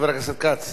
לא.